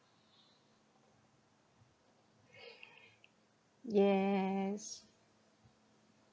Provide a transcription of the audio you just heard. yes